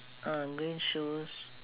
uh green shoes